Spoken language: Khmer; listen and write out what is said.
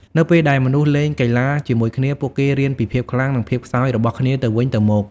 នៅពេលដែលមនុស្សលេងកីឡាជាមួយគ្នា ពួកគេរៀនពីភាពខ្លាំង និងភាពខ្សោយរបស់គ្នាទៅវិញទៅមក។